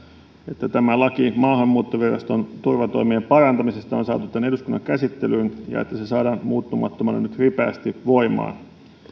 että tämä laki maahanmuuttoviraston turvatoimien parantamisesta on saatu tänne eduskunnan käsittelyyn ja saadaan muuttamattomana nyt ripeästi voimaan